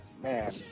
Man